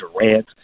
Durant